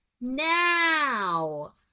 now